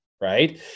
right